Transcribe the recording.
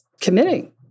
committing